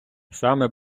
саме